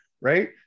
right